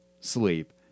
sleep